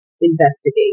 investigate